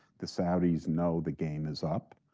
the saudis know the game is up.